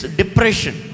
depression